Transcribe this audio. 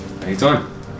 Anytime